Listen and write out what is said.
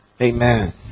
Amen